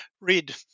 read